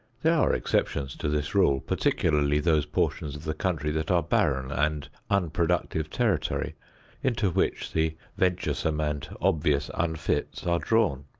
there are exceptions to this rule, particularly those portions of the country that are barren and unproductive territory into which the venturesome and obvious unfits are drawn.